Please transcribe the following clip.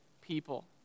people